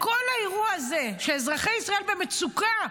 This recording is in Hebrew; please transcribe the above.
בכל האירוע הזה, כשאזרחי ישראל במצוקה,